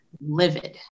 livid